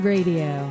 Radio